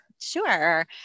sure